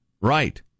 Right